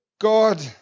God